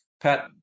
Pat